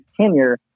tenure